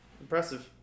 Impressive